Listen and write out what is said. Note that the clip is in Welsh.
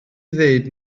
ddweud